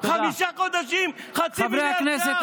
חמישה חודשים, חצי מיליארד ש"ח.